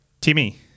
Timmy